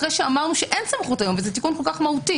אחרי שאמרנו שאין סמכות היום וזה תיקון כה מהותי.